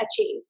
achieve